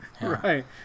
Right